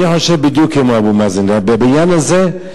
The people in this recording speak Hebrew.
אני חושב בדיוק כמו אבו מאזן בעניין הזה,